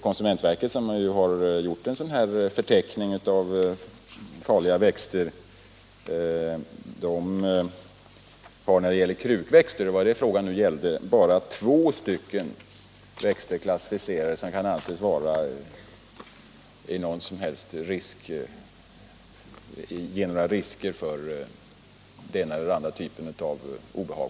Konsumentverket, som ju har gjort en förteckning över farliga växter, har när det gäller krukväxter bara klassificerat två sådana som farliga i den bemärkelsen att "de kan förorsaka människor den ena eller andra typen av obehag.